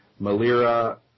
Malira